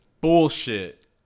bullshit